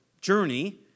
journey